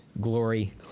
glory